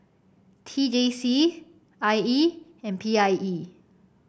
T J C I E and P I E